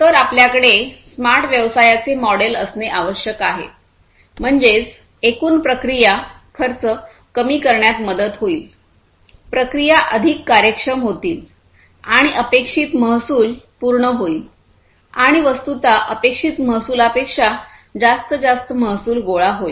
तर आपल्याकडे स्मार्ट व्यवसायाचे मॉडेल असणे आवश्यक आहे म्हणजेच एकूण प्रक्रिया खर्च कमी करण्यात मदत होईल प्रक्रिया अधिक कार्यक्षम होतील आणि अपेक्षित महसूल पूर्ण होईल आणि वस्तुतः अपेक्षित महसुलापेक्षा जास्त जास्त महसूल गोळा होईल